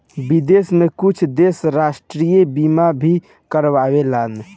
विदेश में कुछ देश राष्ट्रीय बीमा भी कारावेलन